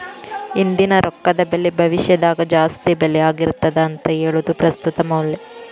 ಇಂದಿನ ರೊಕ್ಕದ ಬೆಲಿ ಭವಿಷ್ಯದಾಗ ಜಾಸ್ತಿ ಬೆಲಿ ಆಗಿರ್ತದ ಅಂತ ಹೇಳುದ ಪ್ರಸ್ತುತ ಮೌಲ್ಯ